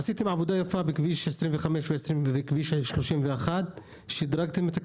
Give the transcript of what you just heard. עשיתם עבודה יפה בכביש 25 ובכביש 31; שדרגתם את הכביש,